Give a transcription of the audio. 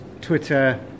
Twitter